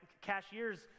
cashier's